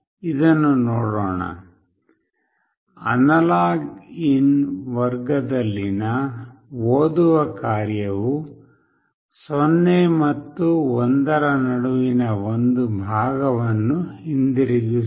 ಇದನ್ನು ನೋಡೋಣ ಅನಲಾಗ್ಇನ್ ವರ್ಗದಲ್ಲಿನ ಓದುವ ಕಾರ್ಯವು 0 ಮತ್ತು 1 ರ ನಡುವಿನ ಒಂದು ಭಾಗವನ್ನು ಹಿಂದಿರುಗಿಸುತ್ತದೆ